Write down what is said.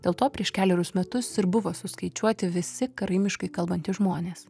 dėl to prieš kelerius metus ir buvo suskaičiuoti visi karaimiškai kalbantys žmonės